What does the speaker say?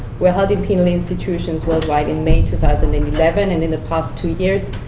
were held in penal institutions worldwide in may two thousand and eleven, and in the past two years,